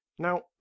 Now